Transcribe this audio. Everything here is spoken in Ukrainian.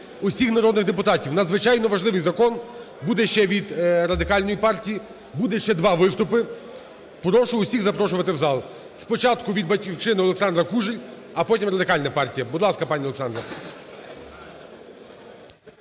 усіх народних депутатів, надзвичайно важливий закон. Буде ще від Радикально партії, буде ще два виступи, прошу усіх запрошувати в зал. Спочатку від "Батьківщини" Олександра Кужель, а потім – Радикальна партія. Будь ласка, пані Олександро.